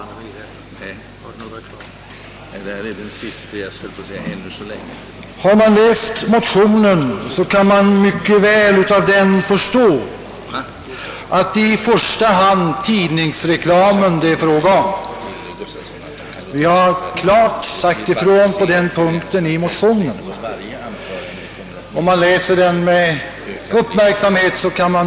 Om man har läst motionen med uppmärksamhet kan man mycket väl konstatera att det i första hand är fråga om tidningsreklamen. Vi har klart sagt ifrån på den punkten i motionen.